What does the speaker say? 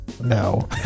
No